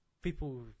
People